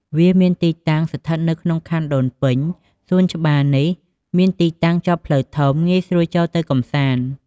វាមានទីតាំងស្ថិតនៅក្នុងខណ្ឌដូនពេញ សួនច្បារនេះមានទីតាំងជាប់ផ្លូវធំ ងាយស្រួលចូលទៅកម្សាន្ត។